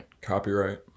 Copyright